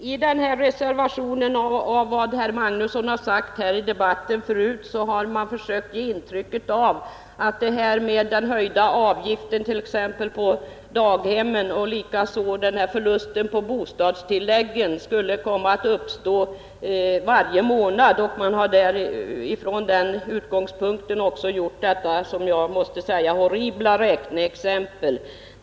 Herr talman! I reservationen och i vad herr Magnusson i Borås sagt i debatten har man försökt ge intryck av att den höjda avgiften på daghemmen och likaså förlusten på bostadstilläggen skulle gälla hela året. Man har från denna utgångspunkt gjort detta vad jag kallar horribla räkneexempel.